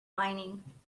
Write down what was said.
lining